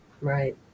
Right